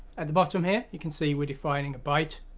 at the bottom here you can see we're defining a byte,